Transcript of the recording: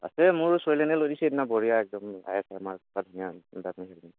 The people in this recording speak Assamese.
আছে মোৰ ছোৱালীজনীয়ে লৈ দিছেসেইদিনা বঢ়িয়া একদম